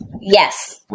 Yes